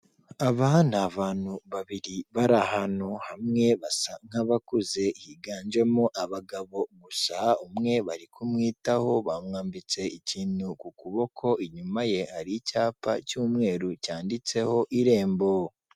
Aba ni abantu babiri bari ahantu hamwe basa nk'abakuze, higanjemo abagabo gusa umwe bari kumwitaho bamwambitse ikintu ku kuboko, inyuma ye hari icyapa cy'umweru cyanditseho Irembo.